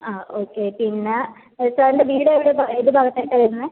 ആ ഓക്കെ പിന്ന സാറിൻ്റെ വീട് എവിടെ ഏത് ഭാഗത്ത് ആയിട്ടാ വരുന്നത്